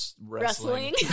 Wrestling